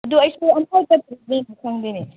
ꯑꯗꯨ ꯑꯩꯁꯨ ꯑꯃꯨꯛ ꯐꯥꯎ ꯆꯠꯇ꯭ꯔꯤꯕꯅꯤꯅ ꯈꯪꯗꯦꯅꯦ